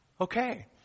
Okay